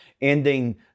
ending